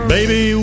Baby